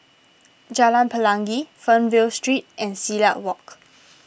Jalan Pelangi Fernvale Street and Silat Walk